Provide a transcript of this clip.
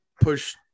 push